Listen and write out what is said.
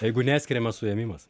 jeigu neskiriamas suėmimas